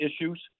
issues